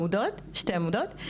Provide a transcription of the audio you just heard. שתי עמודות,